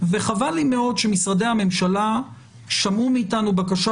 וחבל לי מאוד שמשרדי הממשלה שמעו מאתנו בקשה,